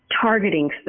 targeting